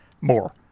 more